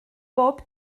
bob